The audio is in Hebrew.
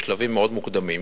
בשלבים מאוד מוקדמים,